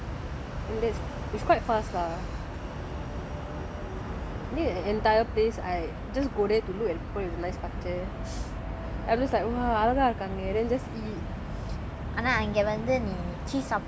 I think is put into oven is quite fast lah then the entire place I just go there to look and put nice பச்ச:pacha I just like !wah! அழகா இருக்காங்க:alaka irukkaanga then just eat